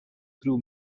crew